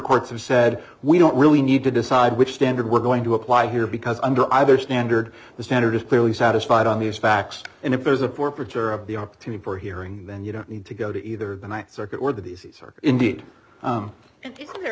courts have said we don't really need to decide which standard we're going to apply here because under either standard the standard is clearly satisfied on these facts and if there's a poor preacher of the opportunity for hearing then you don't need to go to either the th circuit or these are indeed